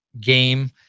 game